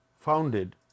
founded